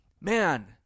man